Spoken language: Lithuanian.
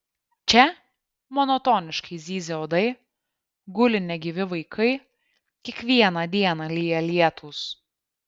čia monotoniškai zyzia uodai guli negyvi vaikai kiekvieną dieną lyja lietūs